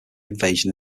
invasion